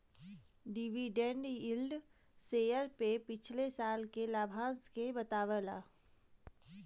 dividend yield share पे पिछले साल के लाभांश के बतावला